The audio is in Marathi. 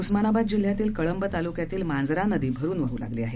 उस्मानाबाद जिल्ह्यातील कळंब तालुक्यातील मांजरा नदी भरुन वाहू लागली आहे